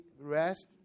Rest